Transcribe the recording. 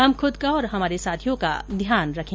हम खूद का और हमारे साथियों का ध्यान रखें